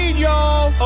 y'all